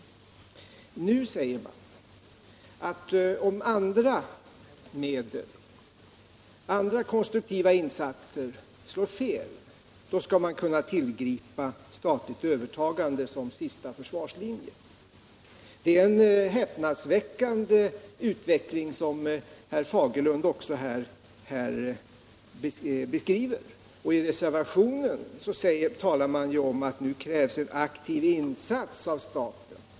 Nu säger han att om andra medel, andra konstruktiva insatser slår fel skall man kunna tillgripa statligt övertagande som sista försvarslinje. Det är en häpnadsväckande utveckling som herr Fagerlund beskriver. I reservationen talar man om att det nu krävs en aktiv insats av staten.